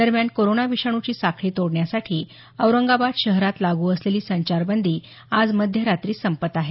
दरम्यान कोरोना विषाणूची साखळी तोडण्यासाठी औरंगाबाद शहरात लागू असलेली संचारबंदी आज मध्यरात्री संपत आहे